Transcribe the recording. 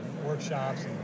workshops